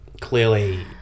clearly